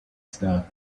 stuff